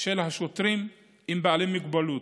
של השוטרים עם בעלי מוגבלות.